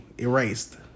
Erased